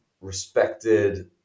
respected